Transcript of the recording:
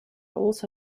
also